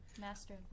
Master